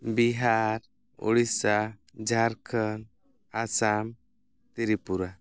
Bihar Odisha Jharkhand Assam Tripura